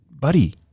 buddy